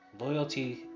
Loyalty